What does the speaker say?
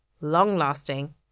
long-lasting